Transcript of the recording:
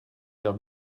vers